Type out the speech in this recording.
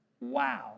Wow